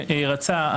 זו